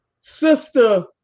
Sister